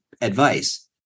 advice